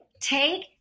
take